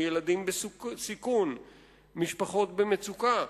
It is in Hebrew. כמו ילדים בסיכון ומשפחות במצוקה.